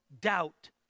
doubt